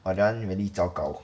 !wah! that [one] really 糟糕